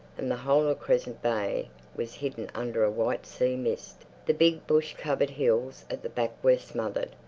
and the whole of crescent bay was hidden under a white sea-mist. the big bush-covered hills at the back were smothered.